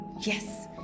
yes